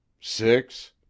six